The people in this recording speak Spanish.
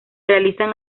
realizan